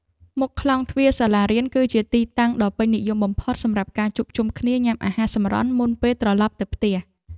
មុខខ្លោងទ្វារសាលារៀនគឺជាទីតាំងដ៏ពេញនិយមបំផុតសម្រាប់ការជួបជុំគ្នាញ៉ាំអាហារសម្រន់មុនពេលត្រឡប់ទៅផ្ទះ។